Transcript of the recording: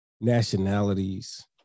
nationalities